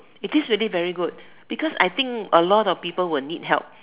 it is very good because I think a lot of people would need help